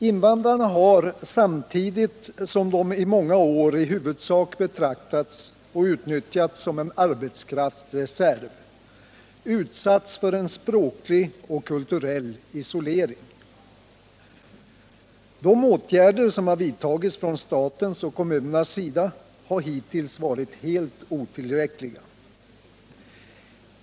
Invandrarna har samtidigt som de i många år i huvudsak betraktats och utnyttjats som en arbetskraftsreserv utsatts för en språklig och kulturell isolering. De åtgärder som vidtagits från statens och kommunernas sida har hittills varit helt otillräckliga.